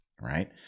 right